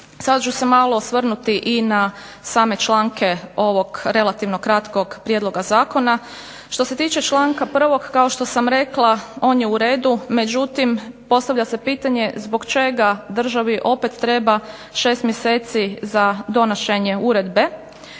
Sada ću se malo osvrnuti i na same članke ovog relativno kratkog prijedloga zakona. Što se tiče članka 1. kao što sam rekla, on je uredu. Međutim, postavlja se pitanje zbog čega državi opet treba 6 mjeseci za donošenje ove uredbe,